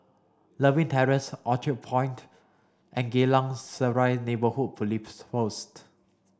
Lewin Terrace Orchard Point and Geylang Serai Neighbourhood Police Post